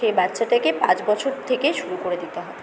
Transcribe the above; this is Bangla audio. সেই বাচ্চাটাকে পাঁচ বছর থেকে শুরু করে দিতে হবে